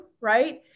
right